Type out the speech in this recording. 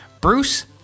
Bruce